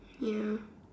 ya